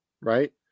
right